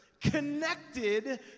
connected